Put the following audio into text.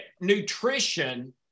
nutrition